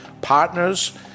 Partners